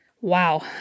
Wow